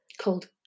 called